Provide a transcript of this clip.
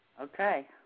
Okay